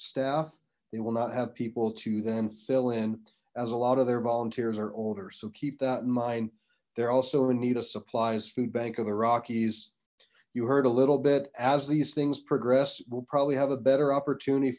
staff they will not have people to then fill in as a lot of their volunteers are older so keep that in mind they're also anita supplies food bank of the rockies you heard a little bit as these things progress we'll probably have a better opportunity